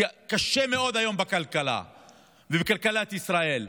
כי קשה מאוד היום בכלכלה ובכלכלת ישראל.